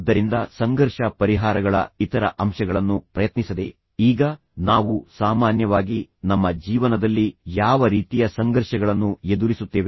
ಆದ್ದರಿಂದ ಸಂಘರ್ಷ ಪರಿಹಾರಗಳ ಇತರ ಅಂಶಗಳನ್ನು ಪ್ರಯತ್ನಿಸದೆ ಈಗ ನಾವು ಸಾಮಾನ್ಯವಾಗಿ ನಮ್ಮ ಜೀವನದಲ್ಲಿ ಯಾವ ರೀತಿಯ ಸಂಘರ್ಷಗಳನ್ನು ಎದುರಿಸುತ್ತೇವೆ